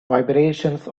vibrations